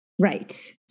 Right